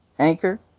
Anchor